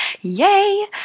yay